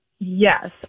Yes